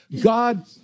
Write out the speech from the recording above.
God